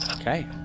Okay